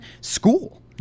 school